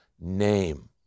name